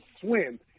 swim